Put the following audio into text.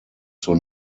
zur